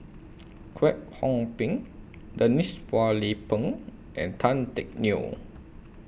Kwek Hong Png Denise Phua Lay Peng and Tan Teck Neo